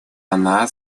она